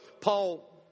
Paul